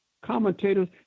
commentators